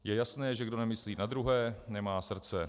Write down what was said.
Je jasné, že kdo nemyslí na druhé, nemá srdce.